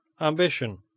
Ambition